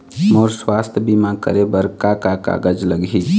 मोर स्वस्थ बीमा करे बर का का कागज लगही?